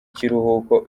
kiruhuko